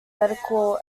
medical